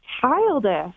childish